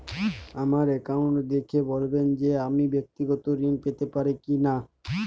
আমার অ্যাকাউন্ট দেখে বলবেন যে আমি ব্যাক্তিগত ঋণ পেতে পারি কি না?